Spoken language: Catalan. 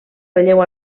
relleu